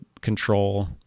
control